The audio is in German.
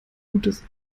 gutes